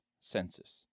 census